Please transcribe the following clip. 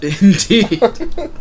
Indeed